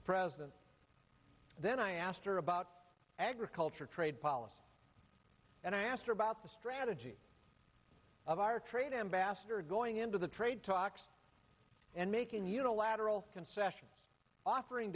mr president then i asked her about agriculture trade policy and i asked her about the strategy of our trade ambassador going into the trade talks and making unilateral concessions offering